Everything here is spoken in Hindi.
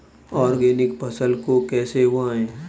ऑर्गेनिक फसल को कैसे उगाएँ?